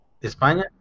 España